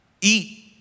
eat